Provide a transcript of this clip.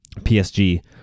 PSG